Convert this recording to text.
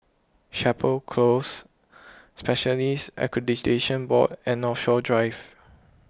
Chapel Close Specialists Accreditation Board and Northshore Drive